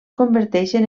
converteixen